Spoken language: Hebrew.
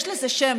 יש לזה שם.